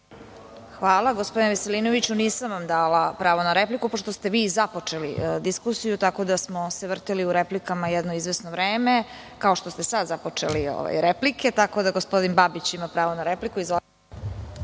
Hvala. Gospodine Veselinoviću, nisam vam dala pravo na repliku pošto ste vi započeli diskusiju, tako da smo se vrteli u replikama jedno izvesno vreme, kao što smo sada započeli replike, tako da gospodin Babić ima pravo sada na repliku.